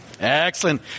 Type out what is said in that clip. Excellent